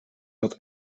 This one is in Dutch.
dat